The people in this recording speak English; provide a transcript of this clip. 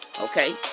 Okay